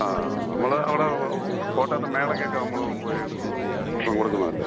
ആ നമ്മൾ അവിടെ കോട്ടയത്ത് മേളയ്ക്കൊക്കെ നമ്മൾ പോയി ഭക്ഷണം കൊടുക്കുന്നതല്ലേ